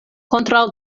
kontraŭ